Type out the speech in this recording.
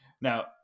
Now